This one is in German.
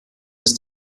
ist